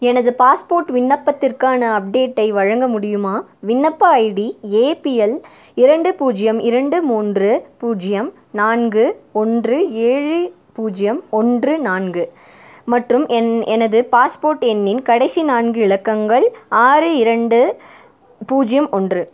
எனது பாஸ்போர்ட் விண்ணப்பத்திற்கான அப்டேட்டை வழங்க முடியுமா விண்ணப்ப ஐடி ஏ பி எல் இரண்டு பூஜ்ஜியம் இரண்டு மூன்று பூஜ்ஜியம் நான்கு ஒன்று ஏழு பூஜ்ஜியம் ஒன்று நான்கு மற்றும் என் எனது பாஸ்போர்ட் எண்ணின் கடைசி நான்கு இலக்கங்கள் ஆறு இரண்டு பூஜ்ஜியம் ஒன்று